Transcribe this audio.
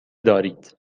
دارید